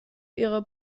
ihre